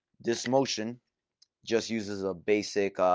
this motion just uses a basic